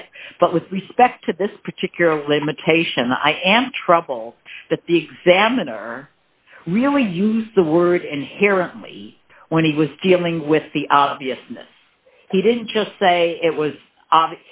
yet but with respect to this particular limitation i am trouble that the examiner really used the word inherently when he was dealing with the obviousness he didn't just say it was